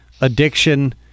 addiction